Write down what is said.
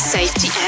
Safety